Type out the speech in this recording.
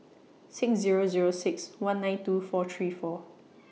six Zero Zero six one nine two four three four